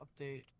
update